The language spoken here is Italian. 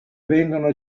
vengono